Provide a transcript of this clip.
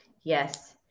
Yes